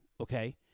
Okay